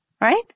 right